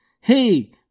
Hey